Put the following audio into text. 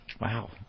Wow